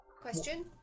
question